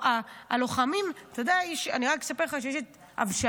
אני רק אספר לך שיש את אבשלום,